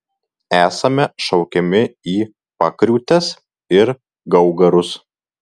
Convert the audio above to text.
esame šaukiami į pakriūtes ir gaugarus